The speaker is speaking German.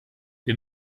wir